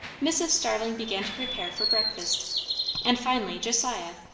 mrs. starling began to prepare for breakfast and finally josiah,